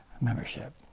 membership